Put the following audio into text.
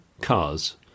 cars